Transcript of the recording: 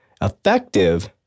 effective